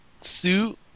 suit